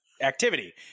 activity